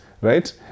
right